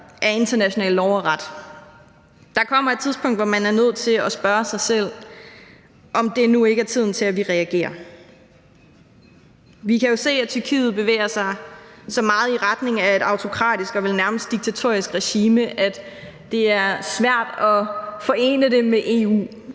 af international lov og ret. Der kommer et tidspunkt, hvor man er nødt til at spørge sig selv, om tiden nu er kommet til, at vi reagerer. Vi kan jo se, at Tyrkiet bevæger sig så meget i retning af et autokratisk og vel nærmest diktatorisk regime, at det er svært at forene det med EU.